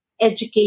education